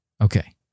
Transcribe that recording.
Okay